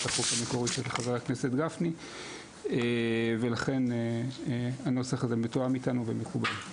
החוק המקורית של חבר הכנסת גפני ולכן הנוסח הזה מתואם איתנו ומקובל.